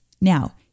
Now